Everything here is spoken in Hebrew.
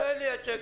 תן לי העתק.